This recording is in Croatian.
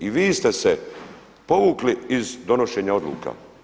I vi ste se povukli iz donošenja odluka.